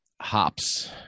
hops